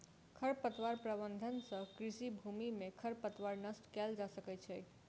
खरपतवार प्रबंधन सँ कृषि भूमि में खरपतवार नष्ट कएल जा सकै छै